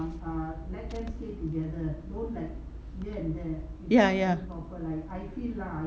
ya ya